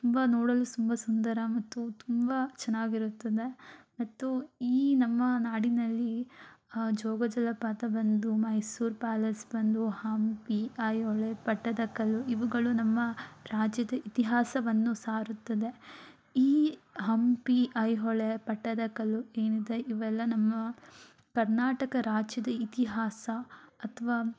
ತುಂಬ ನೋಡಲು ತುಂಬ ಸುಂದರ ಮತ್ತು ತುಂಬ ಚೆನ್ನಾಗಿರುತ್ತದೆ ಮತ್ತು ಈ ನಮ್ಮ ನಾಡಿನಲ್ಲಿ ಜೋಗ ಜಲಪಾತ ಬಂದು ಮೈಸೂರು ಪ್ಯಾಲೇಸ್ ಬಂದು ಹಂಪಿ ಐಹೊಳೆ ಪಟ್ಟದಕಲ್ಲು ಇವುಗಳು ನಮ್ಮ ರಾಜ್ಯದ ಇತಿಹಾಸವನ್ನು ಸಾರುತ್ತದೆ ಈ ಹಂಪಿ ಐಹೊಳೆ ಪಟ್ಟದಕಲ್ಲು ಏನಿದೆ ಇವೆಲ್ಲ ನಮ್ಮ ಕರ್ನಾಟಕ ರಾಜ್ಯದ ಇತಿಹಾಸ ಅಥ್ವಾ